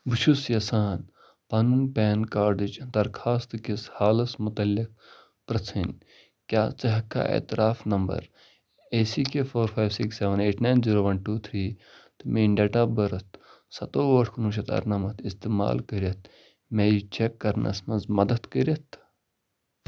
بہٕ چھُس یژھان پنُن پین کاڈٕچ درخاستہٕ کِس حالس متعلق پرٛژھٕنۍ کیٛاہ ژٕ ہٮ۪کہٕ کھا اعتراف number A C K four five six seven eight nine zero one two three تہٕ میٛٲنۍ ڈیٹ آف بٔرتھ ستووُہ ٲٹھ کُنہٕ وُہ شَتھ اَرنمَتھ اِستعمال کٔرتھ مےٚ یہِ چَک کَرنَس منٛز مدتھ کٔرتھ